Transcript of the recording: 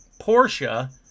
Porsche